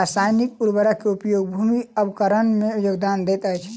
रासायनिक उर्वरक उपयोग भूमि अवक्रमण में योगदान दैत अछि